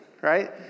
right